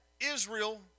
Israel